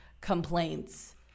complaints